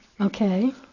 Okay